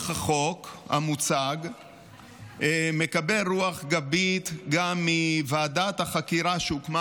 החוק המוצג מקבל רוח גבית גם מוועדת החקירה שהוקמה